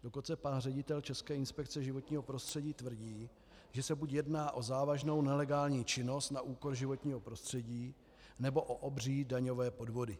Dokonce pan ředitel České inspekce životního prostředí tvrdí, že se buď jedná o závažnou nelegální činnost na úkor životního prostředí, nebo o obří daňové podvody.